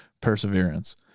perseverance